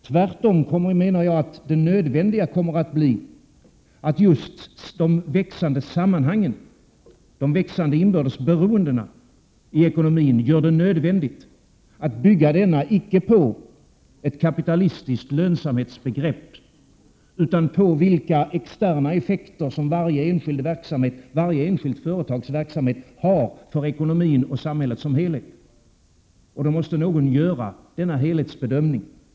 Tvärtom menar jag att just de växande inbördes beroendena i ekonomin gör det nödvändigt att bygga denna icke på ett kapitalistiskt lönsamhetsbegrepp utan på vilka externa effekter som varje enskilt företags verksamhet har för ekonomin och samhället som helhet. Då måste någon göra denna helhetsbedömning.